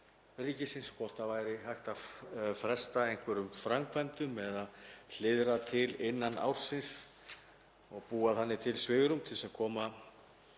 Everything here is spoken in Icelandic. hvort það væri hægt að fresta einhverjum framkvæmdum eða hliðra til innan ársins og búa þannig til svigrúm til að koma